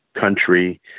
country